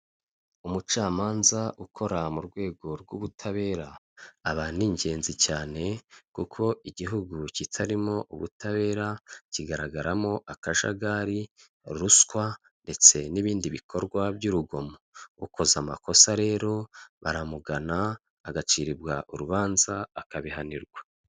Umucamanza ukora mu rwego rw'ubutabera, aba ni ingenzi cyane kuko igihugu kitarimo ubutabera kigaragaramo akajagari, ruswa ndetse n'ibindi bikorwa by'urugomo, ukoze amakosa rero baramugana agaciribwa urubanza akabihanirwa.